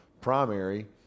primary